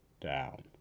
down